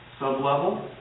sublevel